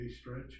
stretch